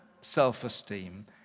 self-esteem